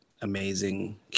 amazing